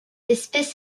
espèce